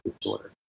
disorder